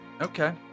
Okay